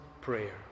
prayer